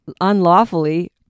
unlawfully